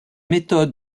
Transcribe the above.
méthodes